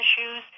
issues